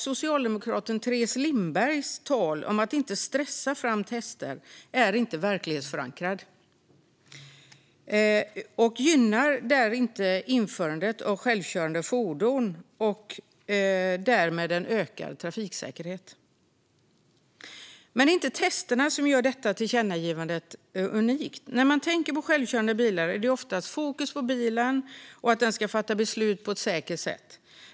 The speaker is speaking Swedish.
Socialdemokraten Teres Lindbergs tal om att inte stressa fram tester är inte verklighetsförankrat och gynnar inte införandet av självkörande fordon och därmed ökad trafiksäkerhet. Det är dock inte testerna som gör tillkännagivandet unikt. När man tänker på självkörande bilar är det oftast fokus på bilen och att den ska fatta beslut på ett säkert sätt.